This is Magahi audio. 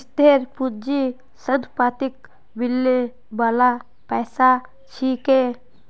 स्थिर पूंजी संपत्तिक मिलने बाला पैसा छिके